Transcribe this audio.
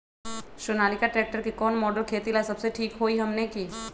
Sonalika tractor के कौन model खेती ला सबसे ठीक होई हमने की?